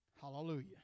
Hallelujah